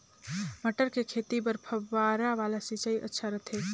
मटर के खेती बर फव्वारा वाला सिंचाई अच्छा रथे?